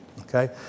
Okay